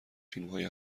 فیلمهای